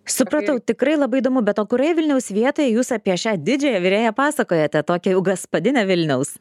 supratau tikrai labai įdomu bet o kurioje vilniaus vietoje jūs apie šią didžiąją virėją pasakojate tokią jau gaspadinę vilniaus